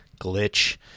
glitch